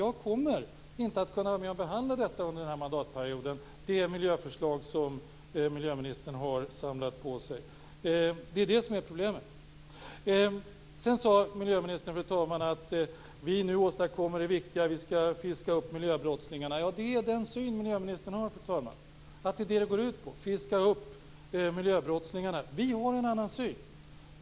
Jag kommer inte att kunna vara med och behandla dessa under den här mandatperioden. Det rör sig om miljöförslag som miljöministern har samlat på sig. Fru talman! Sedan sade miljöministern att man nu åstadkommer det viktiga och att man skall fånga miljöbrottslingarna. Det är den syn som hon har, att det går ut på att fånga miljöbrottslingar. Vi har en annan syn.